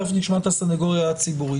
תכף נשמע את הסנגוריה הציבורית.